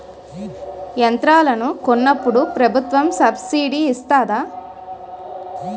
యంత్రాలను కొన్నప్పుడు ప్రభుత్వం సబ్ స్సిడీ ఇస్తాధా?